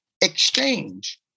exchange